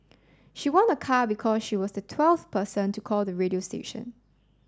she won a car because she was the twelfth person to call the radio station